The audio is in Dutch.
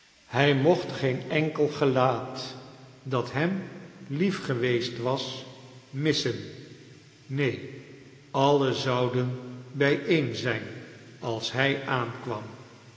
hij mocht geen enkel gelaat dat hem lief geweest was missen neen allen zouden bijeen zijn als hij aahkwam